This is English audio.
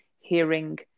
hearing